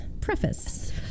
preface